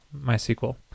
MySQL